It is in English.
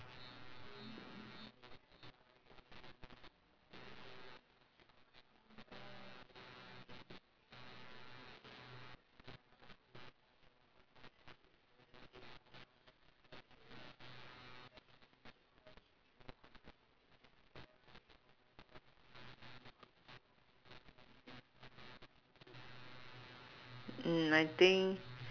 mm I think